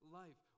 life